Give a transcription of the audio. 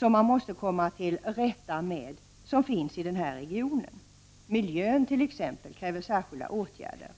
man skall komma till rätta med en mängd problem som finns i regionen. Miljön kräver särskilda åtgärder.